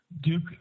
Duke